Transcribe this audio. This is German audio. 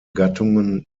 gattungen